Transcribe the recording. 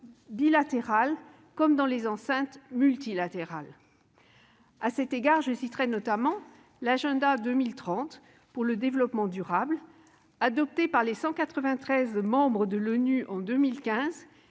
bilatérales comme dans les enceintes multilatérales. À cet égard, je citerai l'Agenda 2030 pour le développement durable, adopté par les 193 membres de l'ONU en 2015,